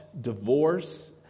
divorce